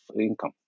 income